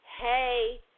hey